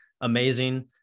amazing